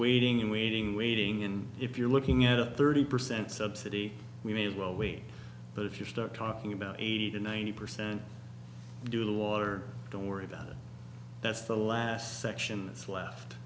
waiting and waiting waiting and if you're looking at a thirty percent subsidy we may as well wait but if you start talking about eighty to ninety percent do the water don't worry about it that's the last section that's left